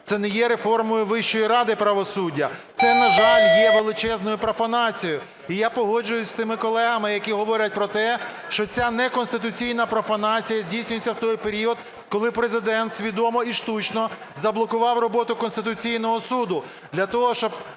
це не є реформою Вищої ради правосуддя. Це, на жаль, є величезною профанацією. І я погоджуюсь з тими колегами, які говорять про те, що ця неконституційна профанація здійснюється в той період, коли Президент свідомо і штучно заблокував роботу Конституційного Суду